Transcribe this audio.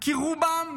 כי רובם,